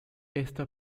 esta